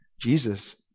Jesus